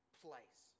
place